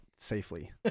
Safely